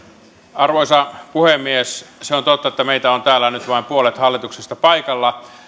arvoisa puhemies se on totta että meitä on täällä nyt vain puolet hallituksesta paikalla